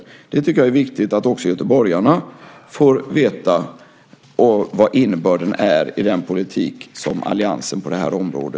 Jag tycker att det är viktigt att också göteborgarna får veta innebörden i alliansens politik på detta område.